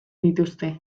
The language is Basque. dituzte